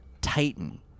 Titan